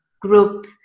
group